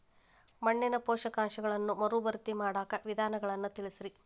ಮಣ್ಣಿನ ಪೋಷಕಾಂಶಗಳನ್ನ ಮರುಭರ್ತಿ ಮಾಡಾಕ ವಿಧಾನಗಳನ್ನ ತಿಳಸ್ರಿ